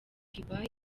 cuba